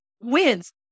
wins